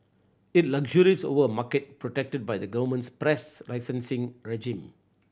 it luxuriates over a market protected by the government's press licensing regime